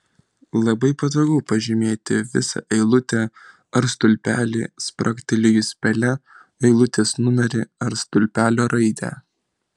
labai patogu pažymėti visą eilutę ar stulpelį spragtelėjus pele eilutės numerį ar stulpelio raidę